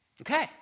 Okay